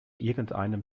irgendeinem